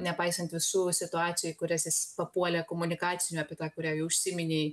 nepaisant visų situacijų į kurias jis papuolė komunikacinių apie tą kurią jau užsiminei